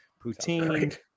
poutine